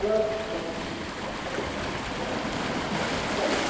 hello வணக்கம் சொல்லுங்கள் சொல்லுங்கள்